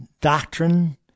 doctrine